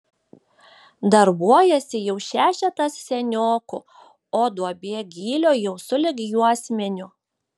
darbuojasi jau šešetas seniokų o duobė gylio jau sulig juosmeniu